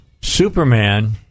Superman